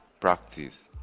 practice